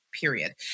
period